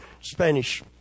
Spanish